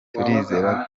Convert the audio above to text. turizera